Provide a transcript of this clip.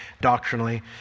doctrinally